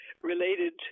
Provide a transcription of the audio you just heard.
related